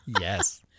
Yes